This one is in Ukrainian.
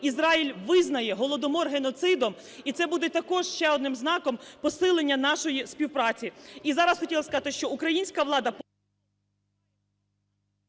Ізраїль визнає Голодомор геноцидом, і це буде також ще одним знаком посилення нашої співпраці.